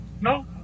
No